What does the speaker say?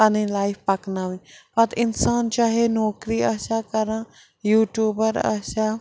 پَنٕنۍ لایف پَکناوٕنۍ پَتہٕ اِنسان چاہے نوکری آسیٛا کَران یوٗٹیوٗبَر آسیٛا